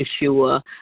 Yeshua